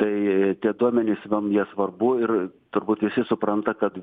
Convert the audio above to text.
tai tie duomenys mum jie svarbu ir turbūt visi supranta kad